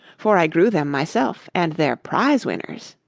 for i grew them myself and they're prize winners.